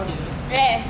yes